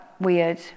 weird